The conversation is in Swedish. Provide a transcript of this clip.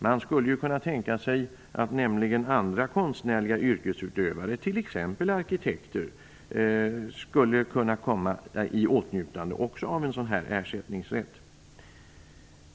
Man skulle nämligen kunna tänka sig att andra konstnärliga yrkesutövare, t.ex. arkitekter, också kunde komma i åtnjutande av en sådan här ersättningsrätt.